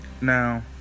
now